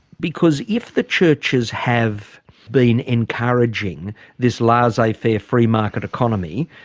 because if the churches have been encouraging this laissez faire free market economy,